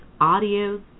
audio